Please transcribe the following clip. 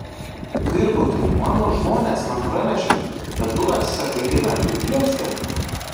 tvirbutai mano žmonės man pranešė kad tu atsisakai gyventi bielske